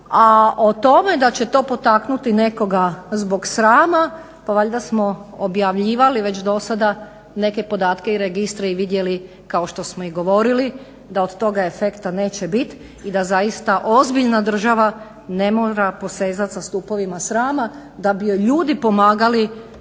A o tome da će to potaknuti nekoga zbog srama, pa valjda smo objavljivali već do sada neke podatke i registre i vidjeli kao što smo i govorili da od tog efekta neće biti i da zaista ozbiljna država ne mora posezati za stupovima srama da bi joj ljudi pomagali